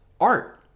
art